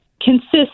consists